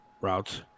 routes